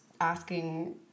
asking